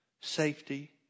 safety